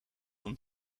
een